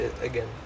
again